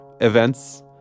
events